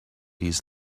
his